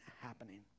happening